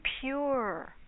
pure